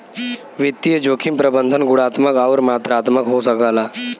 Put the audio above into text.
वित्तीय जोखिम प्रबंधन गुणात्मक आउर मात्रात्मक हो सकला